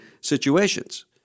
situations